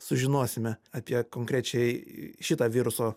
sužinosime apie konkrečiai šitą viruso